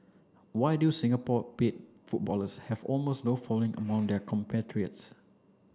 why do Singapore paid footballers have almost no following among their compatriots